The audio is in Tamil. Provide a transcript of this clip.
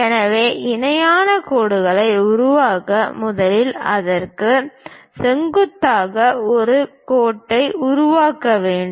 எனவே இணையான கோடுகளை உருவாக்க முதலில் இதற்கு செங்குத்தாக ஒரு கோட்டை உருவாக்க வேண்டும்